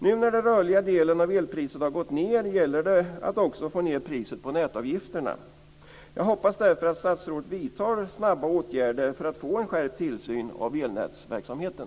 Nu när den rörliga delen av elpriset har gått ned gäller det att också få ned priset på nätavgifterna. Jag hoppas därför att statsrådet vidtar snabba åtgärder för att få en skärpt tillsyn av elnätsverksamheten.